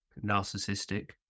narcissistic